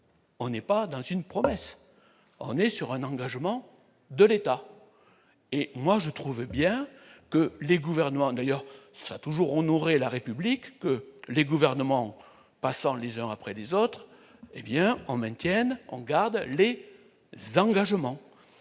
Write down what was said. on n'est pas dans une province on est sur un engagement de l'État, et moi je trouve bien que les gouvernements d'ailleurs a toujours honoré la République que les gouvernements passent en lisant après les autres, hé bien on maintienne en garde Les ses engagements,